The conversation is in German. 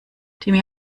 timmy